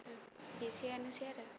एसेयानोसै आरो